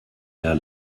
der